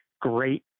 great